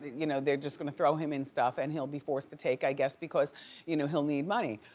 you know they're just gonna throw him in stuff and he'll be forced to take i guess because you know he'll need money.